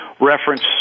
reference